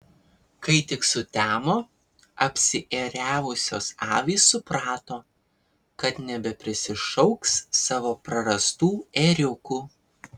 kai tik sutemo apsiėriavusios avys suprato kad nebeprisišauks savo prarastų ėriukų